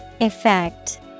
Effect